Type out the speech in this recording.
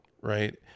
right